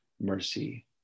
mercy